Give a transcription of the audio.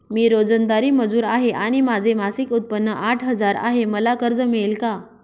मी रोजंदारी मजूर आहे आणि माझे मासिक उत्त्पन्न आठ हजार आहे, मला कर्ज मिळेल का?